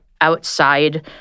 outside